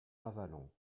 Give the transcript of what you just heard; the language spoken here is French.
avallon